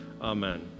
amen